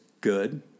good